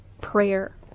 prayer